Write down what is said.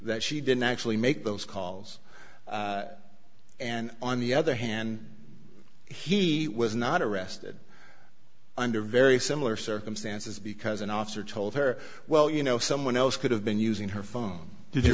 that she didn't actually make those calls and on the other hand he was not arrested under very similar circumstances because an officer told her well you know someone else could have been using her phone did